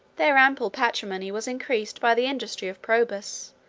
their ample patrimony was increased by the industry of probus,